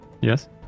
Yes